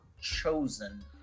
Chosen